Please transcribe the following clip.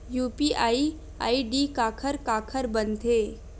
UPI ID काखर काखर बनथे?